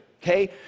Okay